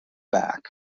back